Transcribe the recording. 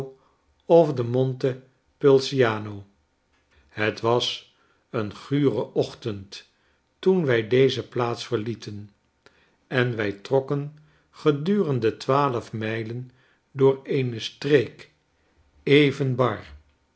of de monte pulciano het was een gure ochtend toen wij deze plaats verlieten en wij trokken gedurende twaalf mijlen door eene streek even bar